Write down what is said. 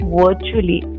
virtually